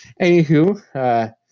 anywho